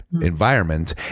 environment